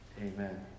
Amen